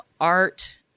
art